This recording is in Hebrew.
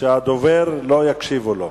שלא יקשיבו לדובר.